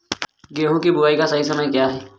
गेहूँ की बुआई का सही समय क्या है?